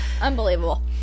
Unbelievable